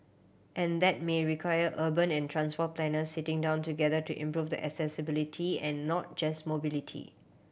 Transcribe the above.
and that may require urban and transport planners sitting down together to improve the accessibility and not just mobility